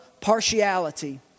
partiality